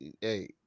hey